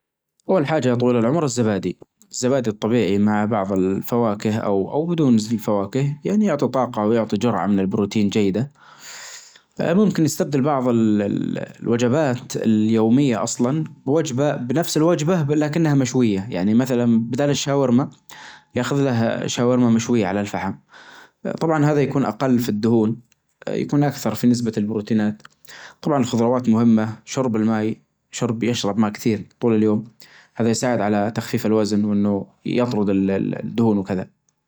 أول حاجة يا طويل العمر الزبادي الزبادي الطبيعي مع بعض الفواكه أو-أو بدون فواكه يعني يعطي طاقة و يعطي جرعة من البروتين جيدة، ممكن يستبدل بعض ال-الوجبات اليومية أصلا بوجبة بنفس الوجبة لكنها مشوية يعني مثلا بدال الشاورما ياخذ له شاورما مشوية على الفحم طبعا هذا يكون أقل في الدهون يكون أكثر في نسبة البروتينات طبعا الخضروات مهمة شرب الماي شرب يشرب ماء كثير طول اليوم هذا يساعد على تخفيف الوزن وأنه يطرد ال-الدهون وكذا.